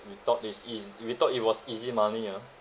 we thought it is we thought it was easy money ah